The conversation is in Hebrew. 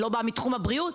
אני לא באה מתחום הבריאות,